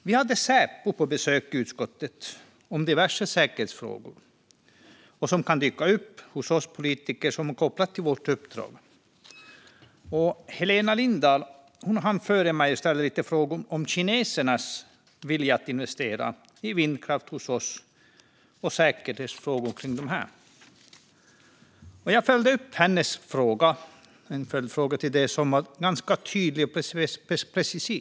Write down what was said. Vi hade Säpo på besök i utskottet om diverse säkerhetsfrågor som kan dyka upp hos oss politiker kopplade till vårt uppdrag. Helena Lindahl hann före mig och ställde lite frågor om kinesernas vilja att investera i vindkraft hos oss och om säkerhetsfrågor kring detta. Jag följde upp hennes fråga och ställde en följdfråga som var ganska tydlig och precis.